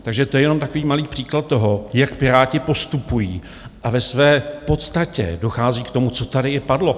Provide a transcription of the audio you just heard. Takže to je jenom takový malý příklad toho, jak Piráti postupují, a ve své podstatě dochází k tomu, co tady i padlo.